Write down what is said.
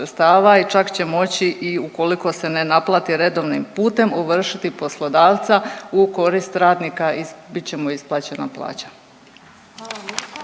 i čak će moći i ukoliko se ne naplati redovnim putem ovršiti poslodavca u korist radnika i bit će mu isplaćena plaća.